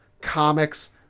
comics